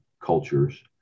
cultures